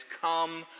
come